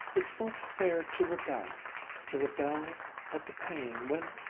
it's not fair to rebel to rebel at the pain when